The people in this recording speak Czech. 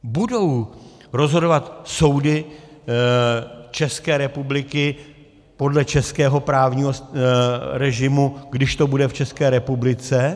Budou rozhodovat soudy České republiky podle českého právního režimu, když to bude v České republice?